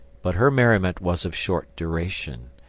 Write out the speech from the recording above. but her merriment was of short duration.